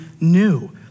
new